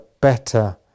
better